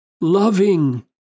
loving